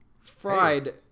fried